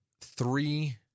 three